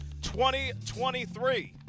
2023